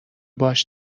باهاش